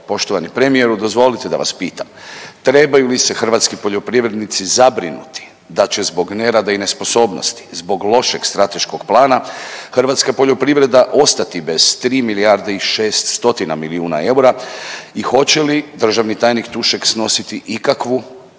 poštovani premijeru dozvolite da vas pitam. Trebaju li se hrvatski poljoprivrednici da će zbog nerada i nesposobnosti zbog lošeg strateškog plana hrvatska poljoprivreda ostati bez 3 milijarde i 6 stotina milijuna eura i hoće li državni tajnik Tušek snositi kakvu